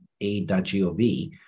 A.gov